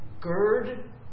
Gird